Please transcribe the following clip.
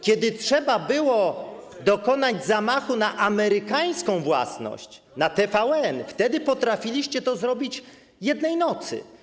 Kiedy trzeba było dokonać zamachu na amerykańską własność, na TVN, wtedy potrafiliście to zrobić jednej nocy.